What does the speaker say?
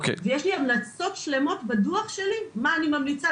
יש לי המלצות שלמות בדו"ח שלי מה אני ממליצה,